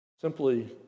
simply